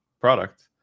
product